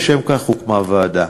לשם כך הוקמה הוועדה,